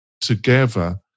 together